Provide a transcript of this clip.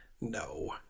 No